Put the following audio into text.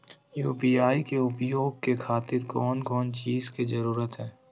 UPI के उपयोग के खातिर कौन कौन चीज के जरूरत है?